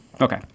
Okay